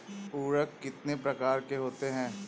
उर्वरक कितनी प्रकार के होते हैं?